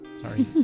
sorry